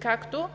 както